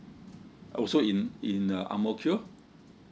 also in in uh ang mo kio